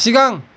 सिगां